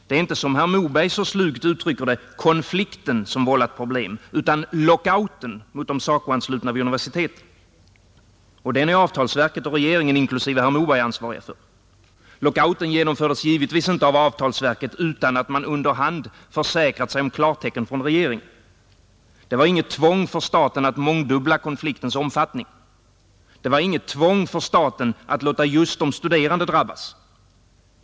Det är inte, som herr Moberg så slugt uttrycker det, konflikten som vållat problem, utan lockouten mot de SACO-anslutna vid universiteten. Och den är avtalsverket och regeringen inklusive herr Moberg ansvariga för. Lockouten genomfördes givetvis inte av avtalsverket utan att man under hand hade försäkrat sig om klartecken från regeringen. Det var inget tvång för staten att mångdubbla konfliktens omfattning. Det var inget tvång för staten att låta just de studerande drabbas.